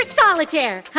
solitaire